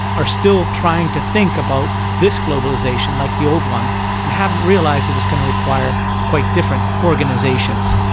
are still trying to think about this globalisation like the old one and haven't realised that it's going to require quite different organisations.